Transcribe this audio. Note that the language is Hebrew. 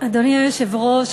אדוני היושב-ראש,